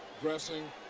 dressing